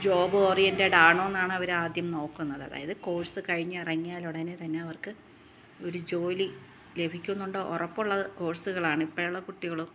job oriented ആണോ എന്നാണ് അവർ ആദ്യം നോക്കുന്നത് അതായത് കോഴ്സ് കഴിഞ്ഞ് ഇറങ്ങിയാൽ ഉടനെ തന്നെ അവർക്ക് ഒരു ജോലി ലഭിക്കും എന്ന് ഉറപ്പുള്ള കോഴ്സുകളാണ് ഇപ്പം ഉള്ള കുട്ടികളും